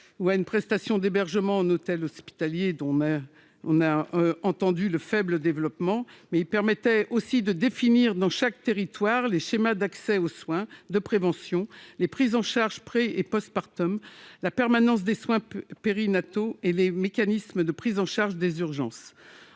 ou à une prestation d'hébergement en hôtels hospitaliers, dont on connaît le faible développement. Il permettait aussi de définir dans chaque territoire les schémas d'accès aux soins de prévention, les prises en charge pré et post-partum, la permanence des soins périnataux et les mécanismes de prise en charge des urgences.